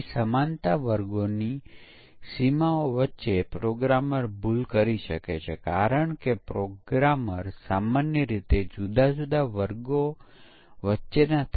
અને જ્યારે પણ પરિવર્તન થાય છે ત્યારે આપણે તપાસ કરવાની જરૂર છે કે બદલાયેલ ભાગ બરાબર કામ કરી રહ્યો છે કે નહીં માત્ર એટલું જ નહીં કે આપણે તપાસ કરવાની જરૂર છે કે જે અન્ય ભાગો બદલાયા નથી તેઓ બરાબર કામ કરવાનું ચાલુ રાખે છે કે કેમ